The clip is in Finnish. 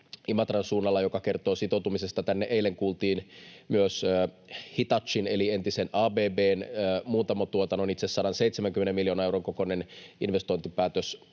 Imatran suunnalla, joka kertoo sitoutumisesta tänne. Eilen kuultiin myös Hitachin eli entisen ABB:n muuntamotuotannon 170 miljoonan euron kokoinen investointipäätös